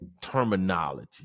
terminology